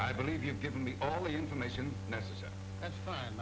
i believe you've given me all the information necessary a